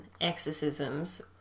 exorcisms